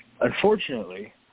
unfortunately